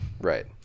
Right